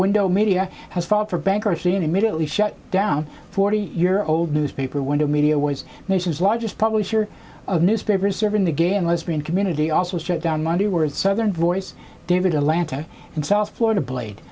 window media has filed for bankruptcy and immediately shut down forty year old newspaper when the media was nation's largest publisher of newspapers serving the gay and lesbian community also shut down monday word southern voice david a lanta in south florida played